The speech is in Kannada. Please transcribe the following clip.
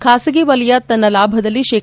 ಖಾಸಗಿ ವಲಯ ತನ್ನ ಲಾಭದಲ್ಲಿ ಶೇ